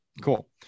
Cool